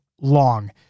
long